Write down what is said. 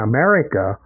America